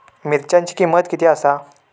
मिरच्यांची किंमत किती आसा?